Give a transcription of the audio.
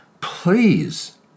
Please